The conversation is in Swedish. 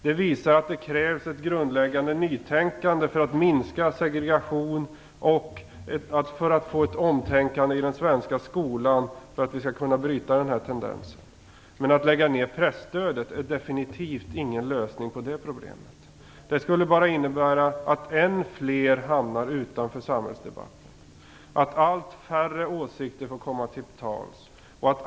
Det visar att det krävs ett grundläggande nytänkande för att segregationen skall kunna minska och för att man skall tänka om i den svenska skolan så att vi kan bryta den här tendensen. Att lägga ned presstödet är definitivt ingen lösning på det problemet. Det skulle bara innebära att ännu fler människor hamnar utanför samhällsdebatten och att allt färre åsikter får komma till tals.